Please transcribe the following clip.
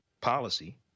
policy